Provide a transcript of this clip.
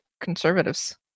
conservatives